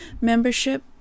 membership